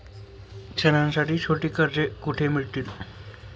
सणांसाठी छोटी कर्जे कुठे मिळतील?